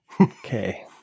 Okay